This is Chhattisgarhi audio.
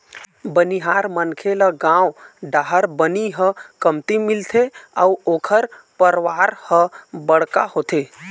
बनिहार मनखे ल गाँव डाहर बनी ह कमती मिलथे अउ ओखर परवार ह बड़का होथे